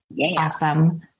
Awesome